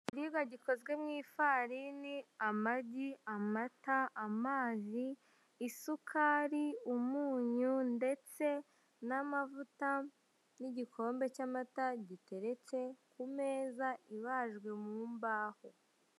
Ikiribwa gikozwe mu ifarini, amagi, amata, amazi, isukari, umunyu ndetse n'amavuta n'igikombe cy'amata giteretse ku meza ibajwe mu mbaho.